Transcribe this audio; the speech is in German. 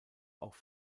auch